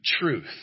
truth